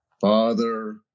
father